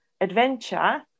adventure